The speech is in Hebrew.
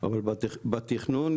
אבל בתכנון,